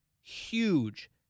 huge